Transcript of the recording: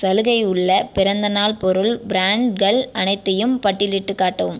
சலுகை உள்ள பிறந்தநாள் பொருள் பிராண்ட்கள் அனைத்தையும் பட்டியலிட்டுக் காட்டவும்